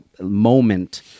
moment